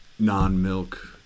Non-milk